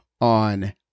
on